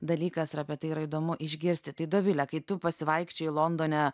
dalykas ir apie tai yra įdomu išgirsti tai dovile kai tu pasivaikščiojai londone